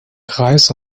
kreis